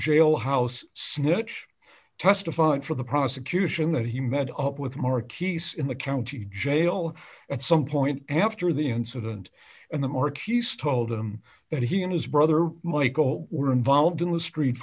jailhouse snitch testifying for the prosecution that he met up with mark he's in the county jail at some point after the incident and the mark hughes told him that he and his brother michael were involved in the street